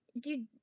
dude